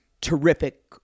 terrific